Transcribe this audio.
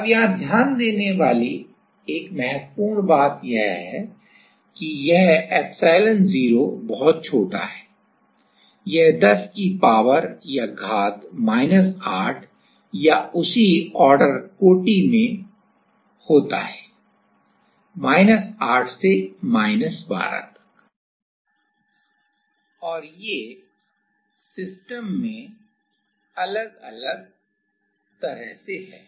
अब यहां ध्यान देने वाली एक महत्वपूर्ण बात यह है कि यह एप्सिलॉन0 बहुत छोटा है यह 10 की पावर घात माइनस 8 या उसी ऑर्डर कोटि में माइनस 8 से माइनस 12 तक 1 सिस्टम में अलग अलग तरह से है